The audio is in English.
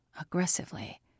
aggressively